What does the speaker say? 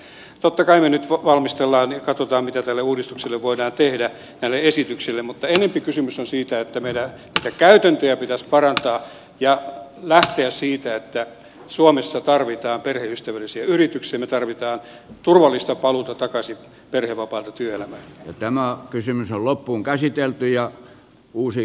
totta kai me nyt valmistelemme ja katsomme mitä tälle uudistukselle näille esityksille voimme tehdä mutta enempi kysymys on siitä että näitä käytäntöjä pitäisi parantaa ja lähteä siitä että suomessa tarvitaan perheystävällisiä yrityksiä me tarvitsemme turvallista paluuta takaisin perhevapailta työllä ja tämä kysymys on loppuunkäsitelty ja uusi